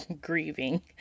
grieving